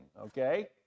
okay